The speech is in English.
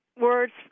words